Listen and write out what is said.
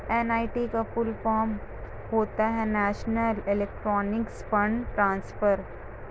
NEFT का full form होता है नेशनल इलेक्ट्रॉनिक्स फण्ड ट्रांसफर